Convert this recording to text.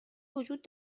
وجود